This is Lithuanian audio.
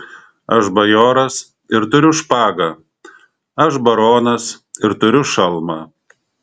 aš bajoras ir turiu špagą aš baronas ir turiu šalmą